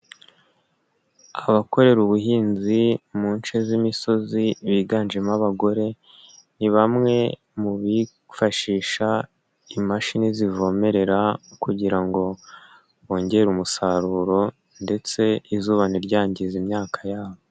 Abakorera ubuhinzi mu nce z'imisozi biganjemo abagore, ni bamwe mu bifashisha imashini zivomerera kugira ngo bongere umusaruro, ndetse izuba ntiryangize imyaka yabo.